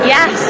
Yes